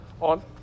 On